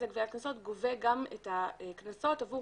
לגביית קנסות גובה גם את הקנסות גם עבור